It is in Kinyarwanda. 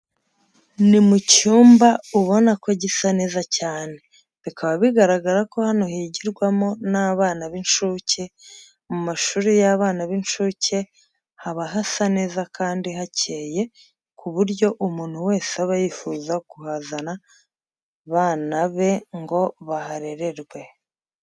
Ni mu cyumba ubona ko gisa neza cyane, bikaba bigaragara ko hano higirwamo n'abana b'incuke. Mu mashuri y'abana b'incuke haba hasa neza kandi hacyeye ku buryo umuntu wese aba yifuza kuhazana bana be ngo baharererwe.